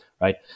right